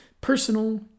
personal